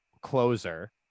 closer